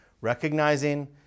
recognizing